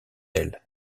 elle